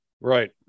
right